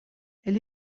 elle